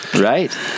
Right